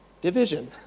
division